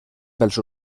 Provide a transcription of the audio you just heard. pels